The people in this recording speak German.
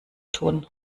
tun